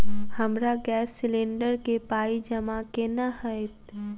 हमरा gas cylinder केँ पाई जमा केना हएत?